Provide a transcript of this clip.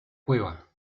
cueva